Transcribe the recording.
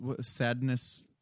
Sadness